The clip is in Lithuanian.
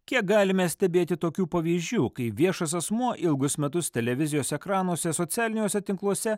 kiek galime stebėti tokių pavyzdžių kai viešas asmuo ilgus metus televizijos ekranuose socialiniuose tinkluose